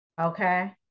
Okay